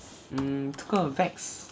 mm 这个 vex